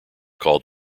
called